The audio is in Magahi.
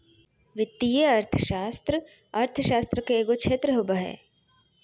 वित्तीय अर्थशास्त्र अर्थशास्त्र के एगो क्षेत्र होबो हइ